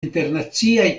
internaciaj